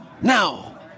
Now